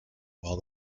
while